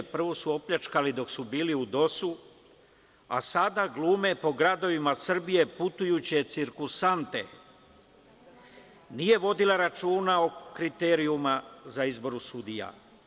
Prvo su opljačkali dok su bili u DOS-u, a sada glume po gradovima Srbije putujuće cirkuzante, nije vodila računa o kriterijumima za izboru sudija.